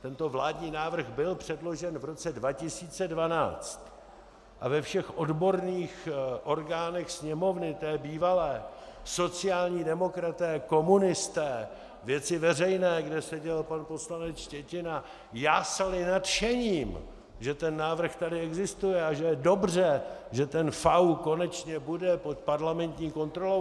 Tento vládní návrh byl předložen v roce 2012 a ve všech odborných orgánech Sněmovny, té bývalé, sociální demokraté, komunisté, Věci veřejné, kde seděl pan poslanec Štětina, jásali nadšením, že ten návrh tady existuje a že je dobře, že ten FAÚ konečně bude pod parlamentní kontrolou.